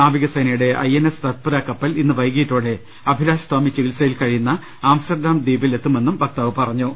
നാവികസേനയുടെ I N S Satpura കപ്പൽ ഇന്ന് വൈകിട്ടോടെ അഭിലാഷ്ടോമി ചികിത്സയിൽ കഴിയുന്ന ആംസ്റ്റർഡാം ദ്വീപിൽ എത്തുമെന്നും വക്താവ് പറഞ്ഞു